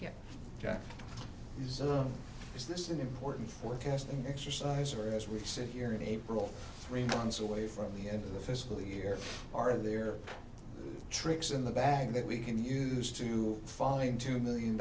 yet he's up is this an important forecasting exercise or as we sit here in april three months away from the end of the fiscal here are there tricks in the bag that we can use to falling two million